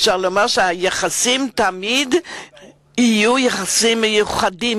אפשר לומר שהיחסים בינינו תמיד יהיו יחסים מיוחדים,